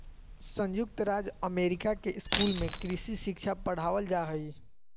संयुक्त राज्य अमेरिका के स्कूल में कृषि शिक्षा पढ़ावल जा हइ